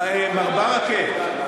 מר ברכה,